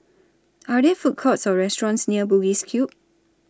Are There Food Courts Or restaurants near Bugis Cube